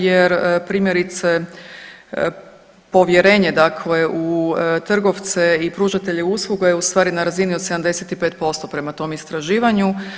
Jer primjerice povjerenje, dakle u trgovce i pružatelje usluga je u stvari na razini od 75% prema tom istraživanju.